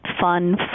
fun